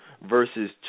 verses